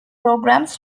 programs